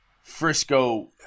Frisco –